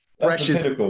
Precious